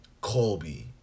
Colby